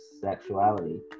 sexuality